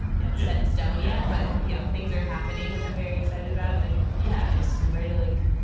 you know, set in stone yet. but, you know, things are happening, which i'm very excited about. and and yeah, i just i'm ready to, like,